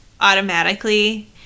automatically